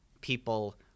people